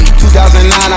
2009